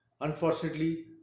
Unfortunately